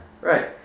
Right